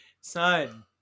Son